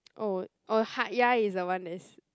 oh or Hatyai is the one that's